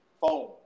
phone